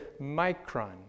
micron